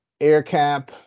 Aircap